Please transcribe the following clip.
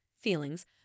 feelings